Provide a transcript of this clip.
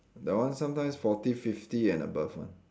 that one sometimes forty fifty and above one